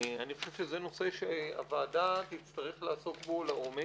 אני חושב שזה נושא שהוועדה תצטרך לעסוק בו לעומק.